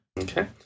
Okay